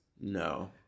No